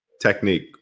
Technique